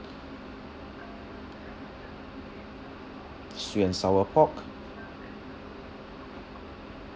sweet and sour pork